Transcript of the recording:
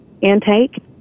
intake